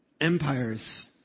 empires